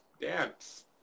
dance